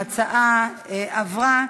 ההצעה עברה,